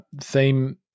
theme